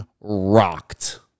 rocked